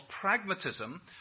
pragmatism